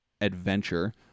adventure